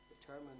determine